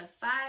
Five